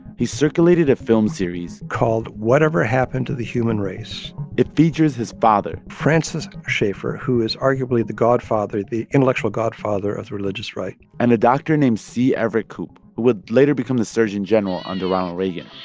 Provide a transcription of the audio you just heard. he circulated a film series. called whatever happened to the human race? it features his father. francis schaeffer, who is arguably the godfather the intellectual godfather of the religious right. and a doctor named c. everett koop, who would later become the surgeon general under ronald reagan,